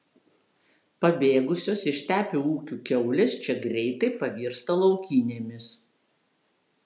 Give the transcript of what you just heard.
pabėgusios iš stepių ūkių kiaulės čia greitai pavirsta laukinėmis